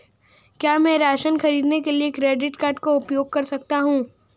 क्या मैं राशन खरीदने के लिए क्रेडिट कार्ड का उपयोग कर सकता हूँ?